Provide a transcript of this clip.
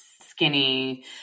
skinny